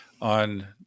On